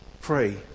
Pray